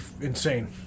insane